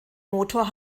motor